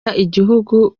igihugu